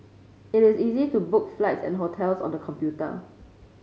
it is easy to book flights and hotels on the computer